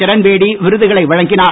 கிரண்பேடி விருதுகளை வழங்கினார்